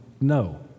No